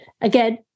again